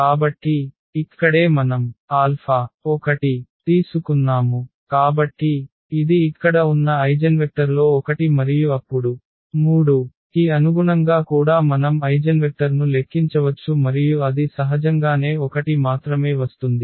కాబట్టి ఇక్కడే మనం α1 తీసుకున్నాముకాబట్టి ఇది ఇక్కడ ఉన్న ఐగెన్వెక్టర్లో ఒకటి మరియు అప్పుడు 3 కి అనుగుణంగా కూడా మనం ఐగెన్వెక్టర్ను లెక్కించవచ్చు మరియు అది సహజంగానే 1 మాత్రమే వస్తుంది